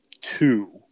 two